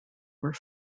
were